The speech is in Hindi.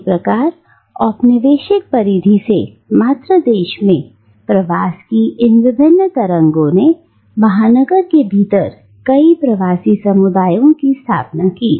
इसी प्रकार औपनिवेशिक परिधि से मातृ देश में प्रवास की इन विभिन्न तरंगों ने महानगर के भीतर कई प्रवासी समुदायों की स्थापना की